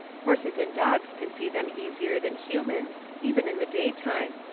horses and dogs can see them easier than humans, even in the daytime,